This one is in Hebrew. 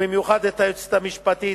ובמיוחד את היועצת המשפטית,